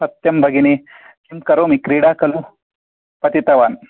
सत्यं भगिनी किं करोमि क्रीडा खलु पतितवान्